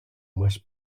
west